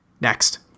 Next